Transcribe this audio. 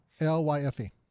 L-Y-F-E